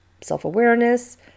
self-awareness